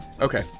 okay